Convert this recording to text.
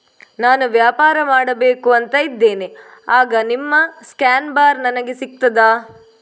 ನಾನು ವ್ಯಾಪಾರ ಮಾಡಬೇಕು ಅಂತ ಇದ್ದೇನೆ, ಆಗ ನಿಮ್ಮ ಸ್ಕ್ಯಾನ್ ಬಾರ್ ನನಗೆ ಸಿಗ್ತದಾ?